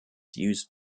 used